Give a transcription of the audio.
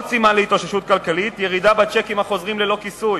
עוד סימן להתאוששות כלכלית זה ירידה בצ'קים החוזרים ללא כיסוי.